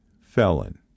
felon